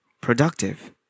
productive